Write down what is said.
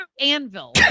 anvil